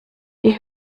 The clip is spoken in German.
die